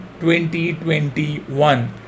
2021